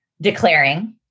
Declaring